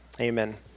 Amen